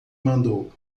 mandou